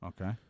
Okay